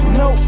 no